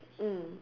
mm